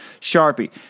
Sharpie